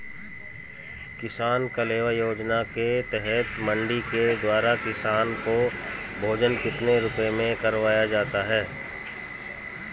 किसान कलेवा योजना के तहत मंडी के द्वारा किसान को भोजन कितने रुपए में करवाया जाता है?